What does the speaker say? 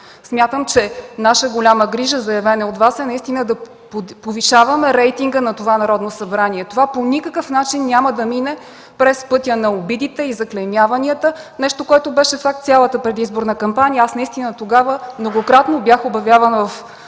Смятам, че наша голяма грижа, заявена от Вас, е наистина да повишаваме рейтинга на това Народно събрание. Това по никакъв начин няма да мине през пътя на обидите и заклеймяванията, нещо, което беше факт през цялата предизборна кампания. Аз многократно бях обявявана в